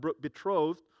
betrothed